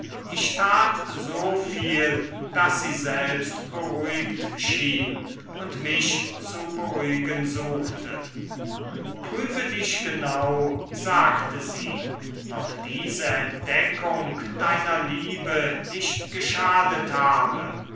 ich tat so viel daß sie selbst beruhigt schien und mich zu beruhigen suchte prüfe dich genau sagte sie ob diese entdeckung deiner liebe nicht geschadet habe